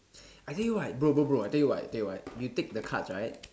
I tell you what bro bro bro I tell you what I tell you what you take the cards right